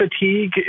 fatigue